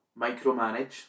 Micromanage